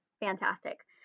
fantastic